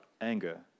anger